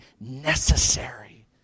necessary